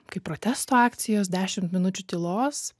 kaip protesto akcijos dešimt minučių tylos